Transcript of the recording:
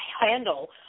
handle